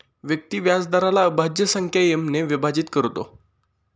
व्यक्ती व्याजदराला अभाज्य संख्या एम ने विभाजित करतो